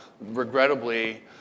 regrettably